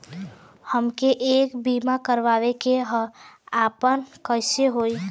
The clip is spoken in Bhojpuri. हमके एक बीमा करावे के ह आपन कईसे होई?